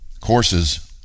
courses